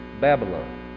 Babylon